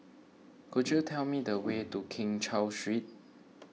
could you tell me the way to Keng Cheow Street